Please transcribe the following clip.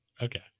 Okay